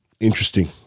interesting